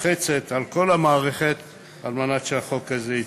לוחצת על כל המערכת על מנת שהחוק הזה יצא.